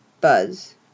buzz